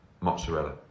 mozzarella